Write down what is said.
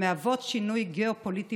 מהווה שינוי גיאו-פוליטי